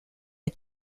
est